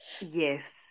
Yes